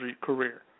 career